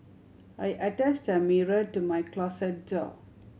I attached a mirror to my closet door